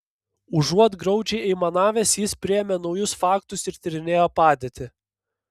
užuot graudžiai aimanavęs jis priėmė naujus faktus ir tyrinėjo padėtį